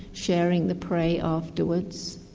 sharing the prey afterwards.